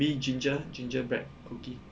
maybe ginger gingerbread cookie